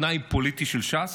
תנאי פוליטי של ש"ס.